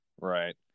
Right